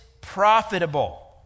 profitable